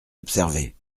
observer